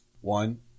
One